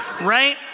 right